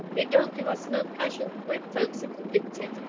it don't give us no pleasure when folks are convicted,